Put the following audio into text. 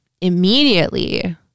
immediately